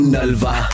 Nalva